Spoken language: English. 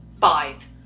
Five